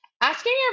asking